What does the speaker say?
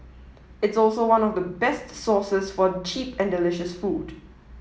it's also one of the best sources for cheap and delicious food